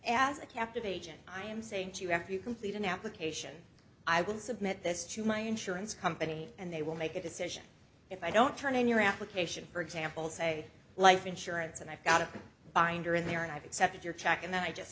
captive agent i am saying to you after you complete an application i will submit this to my insurance company and they will make a decision if i don't turn in your application for example say life insurance and i've got a binder in there and i've accepted your check and then i just